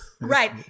Right